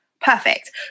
perfect